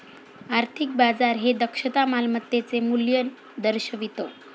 आर्थिक बाजार हे दक्षता मालमत्तेचे मूल्य दर्शवितं